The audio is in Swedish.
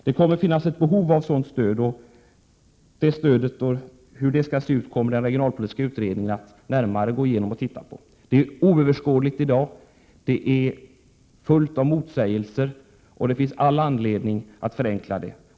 Det kommer att finnas ett behov av ett sådant stöd i framtiden, och hur det stödet skall se ut kommer den regionalpolitiska utredningen att närmare studera. Det nuvarande stödet är oöverskådligt och fullt av motsägelser. Det finns all anledning att förenkla det.